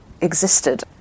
existed